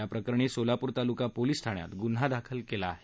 याप्रकरणी सोलापूर तालूका पोलीस ठाण्यात ग्न्हा दाखल केला आहे